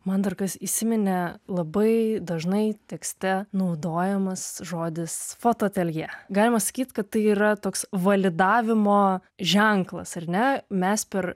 man dar kas įsiminė labai dažnai tekste naudojamas žodis fotoateljė galima sakyt kad tai yra toks validavimo ženklas ar ne mes per